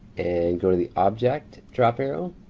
and go to the object drop arrow.